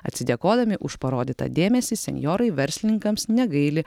atsidėkodami už parodytą dėmesį senjorai verslininkams negaili